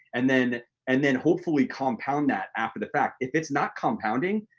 and then and then hopefully compound that after the fact. if it's not compounding,